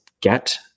get